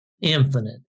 infinite